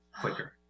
quicker